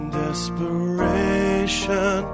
desperation